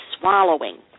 swallowing